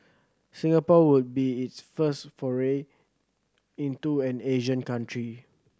Singapore would be its first foray into an Asian country